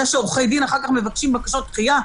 זה שעורכי דין אחר כך מבקשים בקשות דחייה,